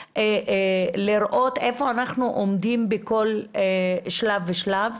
לראות איפה אנחנו עומדים בכל שלב ושלב.